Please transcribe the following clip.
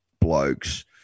blokes